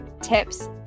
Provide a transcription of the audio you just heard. tips